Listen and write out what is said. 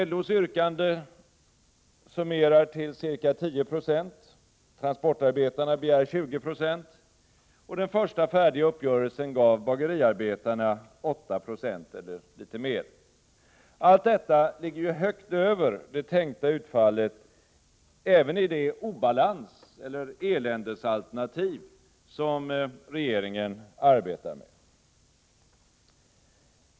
LO:s yrkanden summeras till ca 10 96, transportarbetarna begär 20 96, och den första färdiga uppgörelsen gav bageriarbetarna 8 96, eller litet mer. Allt detta ligger högt över det tänkta utfallet även i det obalansoch eländesalternativ som regeringen arbetar med.